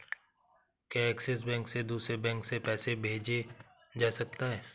क्या Axis bank से दूसरे बैंक में पैसे भेजे जा सकता हैं?